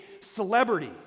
celebrity